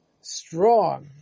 strong